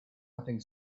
nothing